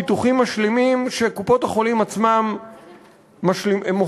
ביטוחים משלימים שקופות-החולים עצמן מוכרות.